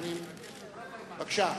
בבקשה.